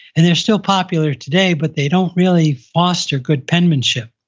and they're still popular today, but they don't really foster good penmanship.